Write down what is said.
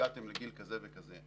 הגעתם לגיל כזה וכזה,